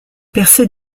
percé